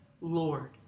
Lord